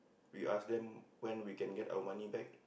we ask them when we can get our money back